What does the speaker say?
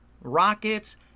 rockets